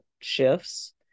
shifts